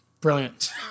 Brilliant